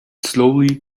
slowly